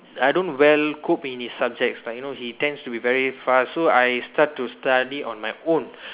I don't well cope in his subjects like you know he tends to be very fast so I start to study on my own